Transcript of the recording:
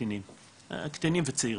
הקטינים וצעירים.